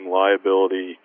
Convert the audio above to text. liability